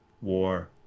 war